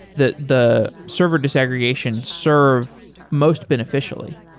the the server disaggregation serve most beneficially?